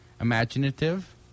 imaginative